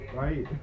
Right